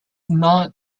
not